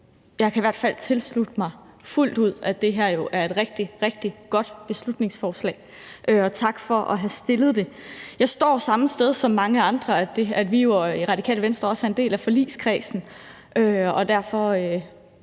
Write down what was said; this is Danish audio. jeg kan i hvert fald tilslutte mig fuldt ud, at det her jo er et rigtig, rigtig godt beslutningsforslag – tak for at have fremsat det. Jeg står samme sted som mange andre, for vi i Det Radikale Venstre er jo også en del af forligskredsen